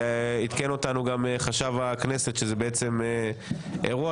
עדכן אותנו גם חשב הכנסת שזה בעצם אירוע